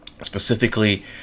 Specifically